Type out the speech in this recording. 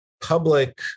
public